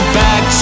back